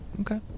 Okay